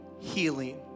healing